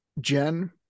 Jen